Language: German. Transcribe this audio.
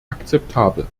akzeptabel